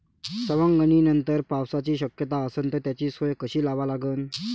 सवंगनीनंतर पावसाची शक्यता असन त त्याची सोय कशी लावा लागन?